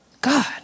God